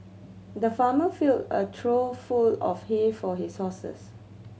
the farmer filled a trough full of hay for his horses